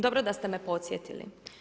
Dobro da ste me podsjetili.